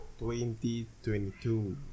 2022